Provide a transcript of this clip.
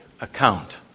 account